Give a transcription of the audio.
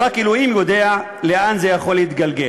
ורק אלוהים יודע לאן זה יכול להתגלגל.